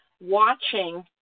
watching